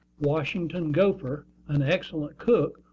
washington gopher, an excellent cook,